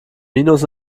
minus